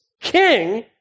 king